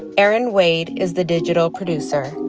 erin wade is the digital producer.